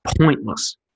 Pointless